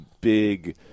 big